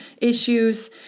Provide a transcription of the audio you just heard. issues